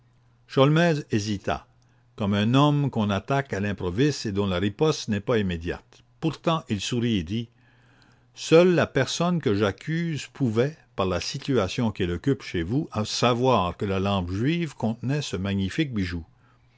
hésita comme un homme qu'on attaque à l'improviste et dont la riposte n'est pas immédiate pourtant il sourit et dit seule la personne que j'accuse pouvait par la situation qu'elle occupe chez vous savoir que la lampe juive contenait ce magnifique bijou